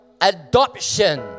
adoption